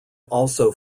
also